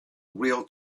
real